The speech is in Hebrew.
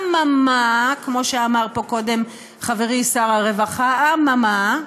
אממה, כמו שאמר פה קודם חברי שר הרווחה, אממה?